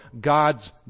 God's